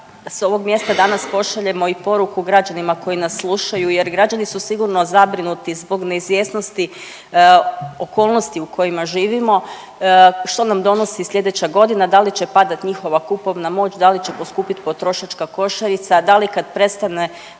sa ovog mjesta danas pošaljemo i poruku građanima koji nas slušaju, jer građani su sigurno zabrinuti zbog neizvjesnosti okolnosti u kojima živimo što nam donosi sljedeća godina, da li će padati njihova kupovna moć, da li će poskupiti potrošačka košarica, da li kad prestane